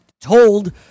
told